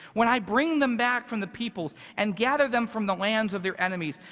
when i bring them back from the peoples and gather them from the lands of their enemies,